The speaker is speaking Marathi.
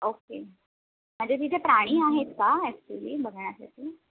ओके म्हणजे तिथे प्राणी आहेत का ॲक्च्युअली बघण्यासाठी